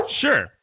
Sure